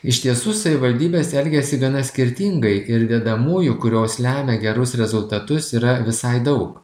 iš tiesų savivaldybės elgiasi gana skirtingai ir dedamųjų kurios lemia gerus rezultatus yra visai daug